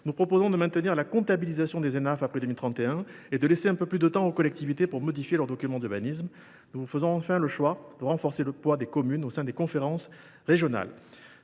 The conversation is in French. agricoles et forestiers (Enaf) après 2031 et laisser un peu plus de temps aux collectivités pour modifier leurs documents d’urbanisme. Nous faisons enfin le choix de renforcer le poids des communes au sein des conférences régionales.